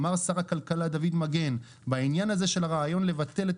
אמר שר הכלכלה דוד מגן בענין הזה של הרעיון לבטל את